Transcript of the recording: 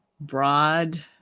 broad